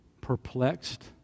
perplexed